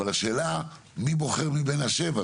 השאלה מי בוחר מבין השבע?